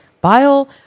Bile